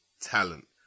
talent